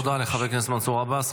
תודה לחבר הכנסת מנסור עבאס.